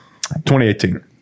2018